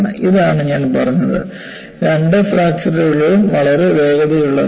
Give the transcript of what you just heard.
ഇതാണ് ഞാൻ പറഞ്ഞത് രണ്ട് ഫ്രാക്ചർകളും വളരെ വേഗതയുള്ളതാണ്